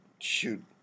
Shoot